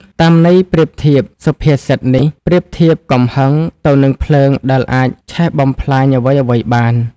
តាមន័យប្រៀបធៀប សុភាសិតនេះប្រៀបធៀបកំហឹងទៅនឹងភ្លើងដែលអាចឆេះបំផ្លាញអ្វីៗបាន។